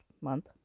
month